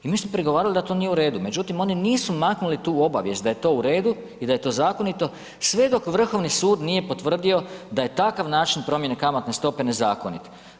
I mi smo prigovarali da to nije u redu, međutim oni nisu maknuli tu obavijest da je to u redu i da je to zakonito sve dok Vrhovni sud nije potvrdio da je takav način promjene kamatne stope nezakonit.